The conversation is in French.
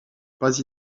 pas